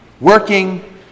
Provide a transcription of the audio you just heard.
Working